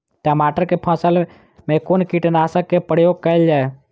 टमाटर केँ फसल मे कुन कीटनासक केँ प्रयोग कैल जाय?